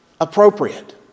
appropriate